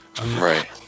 Right